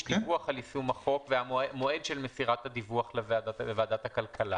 דיווח על יישום החוק והמועד של מסירת הדיווח לוועדת הכלכלה.